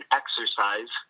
exercise